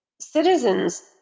citizens